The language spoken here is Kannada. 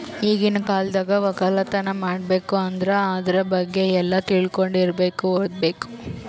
ಈಗಿನ್ ಕಾಲ್ದಾಗ ವಕ್ಕಲತನ್ ಮಾಡ್ಬೇಕ್ ಅಂದ್ರ ಆದ್ರ ಬಗ್ಗೆ ಎಲ್ಲಾ ತಿಳ್ಕೊಂಡಿರಬೇಕು ಓದ್ಬೇಕು